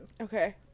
Okay